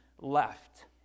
left